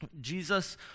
Jesus